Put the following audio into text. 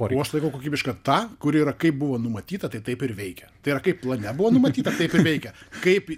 o aš laikau kokybišką tą kuri yra kaip buvo numatyta tai taip ir veikia tai yra kaip plane buvo numatyta taip ir veikia kaip